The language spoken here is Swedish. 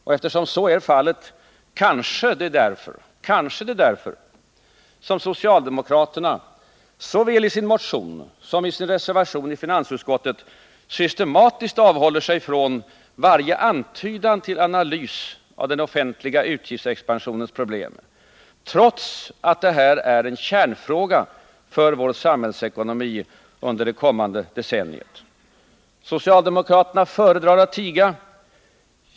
Och eftersom så är fallet kanske det är därför som socialdemokraterna såväl i sin motion som i sin reservation i finansutskottet systematiskt avhåller sig från varje antydan till analys av den offentliga utgiftsexpansionens problem. Trots att detta är en kärnfråga för vår samhällsekonomi under det kommande decenniet. Socialdemokraterna föredrar att tiga.